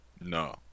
No